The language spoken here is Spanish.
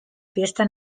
fiesta